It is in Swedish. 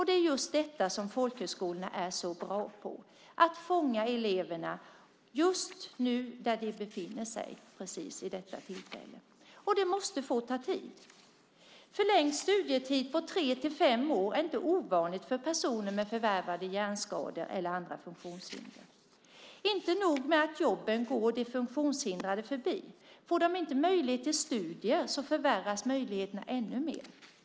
Det är just detta som folkhögskolorna är så bra på, att fånga eleverna just där de befinner sig. Och det måste få ta tid. Förlängd studietid med tre till fem år är inte ovanligt för personer med förvärvade hjärnskador eller andra funktionshinder. Inte nog med att jobben går de funktionshindrade förbi, får de inte möjlighet till studier försvåras möjligheterna ännu mer.